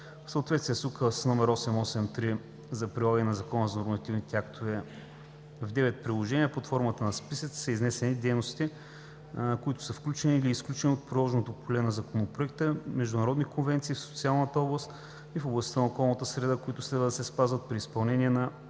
В съответствие с Указ № 883 за прилагане на Закона за нормативните актове в 9 приложения под формата на списъци са изнесени дейности, които са включени или изключени от приложното поле на Законопроекта, международни конвенции в социалната област и в областта на околната среда, които следва да се спазват при изпълнението на